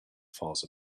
falls